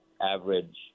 average